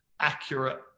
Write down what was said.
accurate